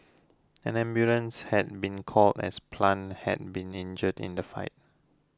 an ambulance had been called as Plant had been injured in the fight